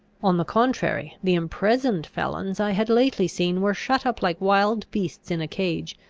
on the contrary, the imprisoned felons i had lately seen were shut up like wild beasts in a cage,